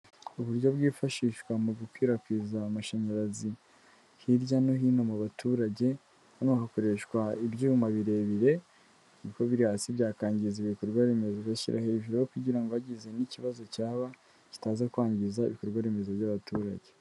Uburyo bwifashishwa mu gukwirakwiza amashanyarazi hirya no hino mu baturage hano bukoresha ibyuma birebire. Ibyuma biri hasi byashoboraga kwangiza ibikorwa remezo, ari yo mpamvu bishyirwa hejuru. Ibyo bigatuma mu gihe habaye ikibazo, bitangiza ibikorwaremezo by’abaturage.